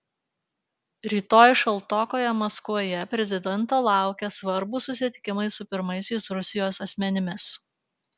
rytoj šaltokoje maskvoje prezidento laukia svarbūs susitikimai su pirmaisiais rusijos asmenimis